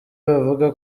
bavuga